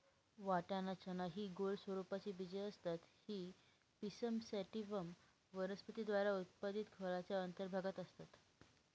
वाटाणा, चना हि गोल स्वरूपाची बीजे असतात ही पिसम सॅटिव्हम वनस्पती द्वारा उत्पादित फळाच्या अंतर्भागात असतात